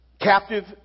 captive